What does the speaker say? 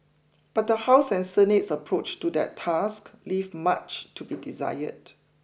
but the House and Senate's approach to that task leave much to be desired